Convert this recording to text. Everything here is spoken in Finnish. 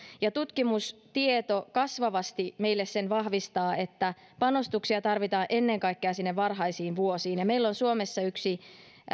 ja tutkimustieto kasvavasti meille sen vahvistaa että panostuksia tarvitaan ennen kaikkea sinne varhaisiin vuosiin meillä on suomessa yksi